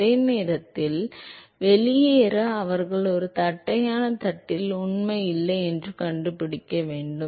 அதே நேரத்தில் வெளியேற அவர்கள் ஒரு தட்டையான தட்டில் உண்மை இல்லை என்று பிடிக்க வேண்டும்